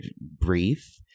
brief